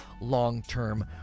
long-term